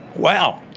wow,